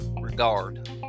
regard